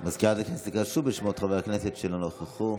סגנית מזכיר הכנסת תיקרא שוב בשמות חברי הכנסת שלא נכחו.